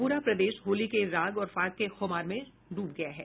पूरा प्रदेश होली के राग और फाग के खुमार में डूब गया है